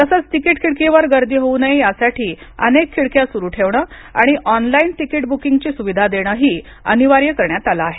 तसच तिकीट खिडकीवर गर्दी होऊ नये यासाठी अनेक खिडक्या सुरू ठेवणे आणि ऑनलाइन ब्र्किंग ची सुविधा देणं ही अनिवार्य करण्यात आल आहे